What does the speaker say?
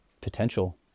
potential